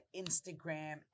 Instagram